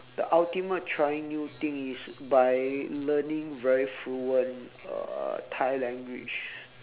the ultimate trying new thing is by learning very fluent uh thai language